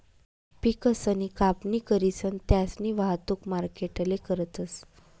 पिकसनी कापणी करीसन त्यास्नी वाहतुक मार्केटले करतस